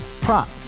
prop